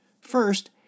First